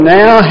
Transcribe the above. now